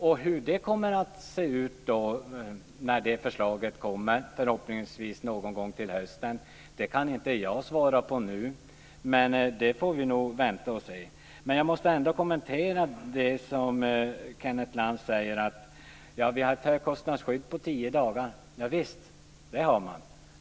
Och hur ett sådant förslag, som förmodligen kommer till hösten, kommer att se ut kan jag inte svara på nu. Men vi får vänta och se. Jag måste ändå kommentera det som Kenneth Lantz sade om ett högkostnadsskydd på tio dagar. Ja visst, det har man.